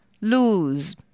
lose